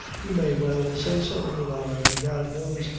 you may well say so, your honor, an' god knows,